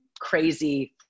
crazy